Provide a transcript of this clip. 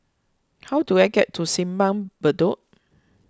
how do I get to Simpang Bedok